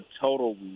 total